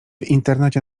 internecie